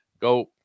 Go